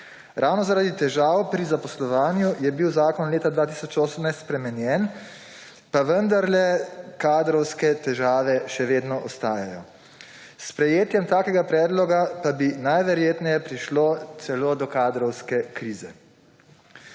Ravno zaradi težav pri zaposlovanju je bil zakon leta 2018 spremenjen, pa vendarle kadrovske težave še vedno ostajajo. S sprejetjem takega predloga pa bi najverjetneje prišlo celo do kadrovske krize.